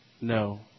No